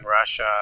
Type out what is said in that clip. Russia